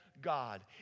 God